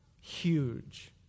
huge